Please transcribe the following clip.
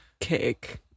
cake